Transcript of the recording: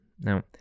Now